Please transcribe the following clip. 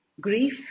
grief